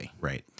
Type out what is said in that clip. Right